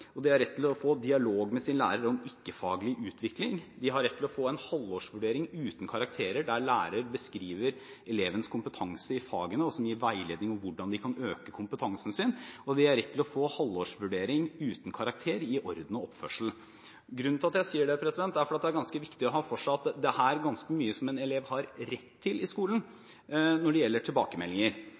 dialog med lærer om sin ikke-faglige utvikling – å få halvårsvurdering uten karakter der lærer beskriver elevens kompetanse i fagene og som gir veiledning om hvordan de kan øke kompetansen sin – å få halvårsvurdering uten karakter i orden og oppførsel.» Grunnen til at jeg sier dette, er at det er viktig å ha klart for seg at det er ganske mye en elev har rett til i skolen når det gjelder tilbakemeldinger.